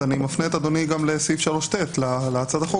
ואני מפנה את אדוני גם לסעיף 3ט להצעת החוק